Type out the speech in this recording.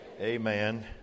Amen